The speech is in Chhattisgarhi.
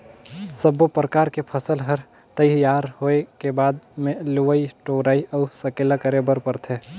सब्बो परकर के फसल हर तइयार होए के बाद मे लवई टोराई अउ सकेला करे बर परथे